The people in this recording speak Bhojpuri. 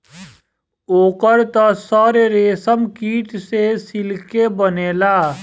ओकर त सर रेशमकीट से सिल्के बनेला